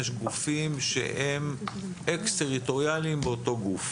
יש גופים שהם אקס-טריטוריאליים באותו גוף